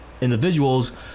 individuals